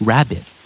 Rabbit